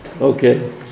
Okay